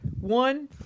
one